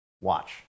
Watch